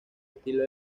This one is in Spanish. estilo